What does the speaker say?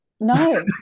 No